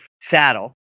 saddle